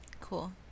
Cool